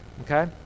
Okay